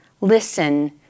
listen